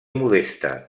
modesta